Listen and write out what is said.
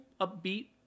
upbeat